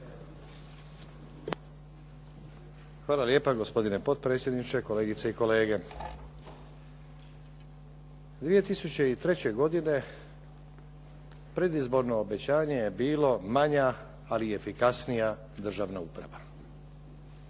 Hvala lijepa gospodine potpredsjedniče, kolegice i kolege. 2003. godine predizborno obećanje je bilo manja ali efikasnija državna uprava.